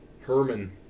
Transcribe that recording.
Herman